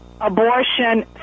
abortion